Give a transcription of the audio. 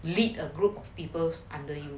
lead a group of peoples under you